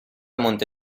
monte